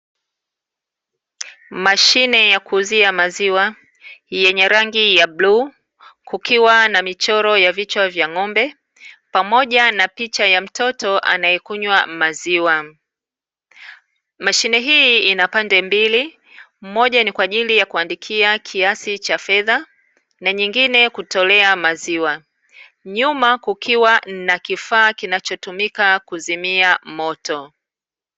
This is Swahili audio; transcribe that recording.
Mashine ya kuuzia maziwa yenye rangi ya bluu kukiwa na michoro ya vichaka vya ng’ombe pamoja na picha ya mtoto anyekunywa maziwa. Mashine hii ina pande mbili moja ni kwa ajili ya kuandikia kiasi cha fedha na nyingine kutolea maziwa nyuma kukiwa na kifaa kinachotumika kuzimia moto.